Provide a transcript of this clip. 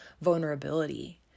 vulnerability